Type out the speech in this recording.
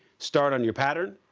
start on your pattern.